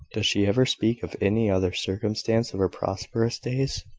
does she ever speak of any other circumstance of her prosperous days?